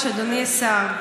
אדוני השר,